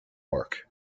work